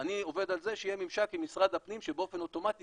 אני עובד על זה שיהיה לנו ממשק עם משרד הפנים שבאופן אוטומטי